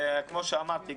כמו שאמרתי,